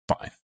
fine